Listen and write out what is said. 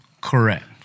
Correct